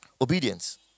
Obedience